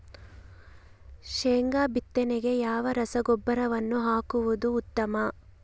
ಶೇಂಗಾ ಬಿತ್ತನೆಗೆ ಯಾವ ರಸಗೊಬ್ಬರವನ್ನು ಹಾಕುವುದು ಉತ್ತಮ?